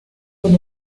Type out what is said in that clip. con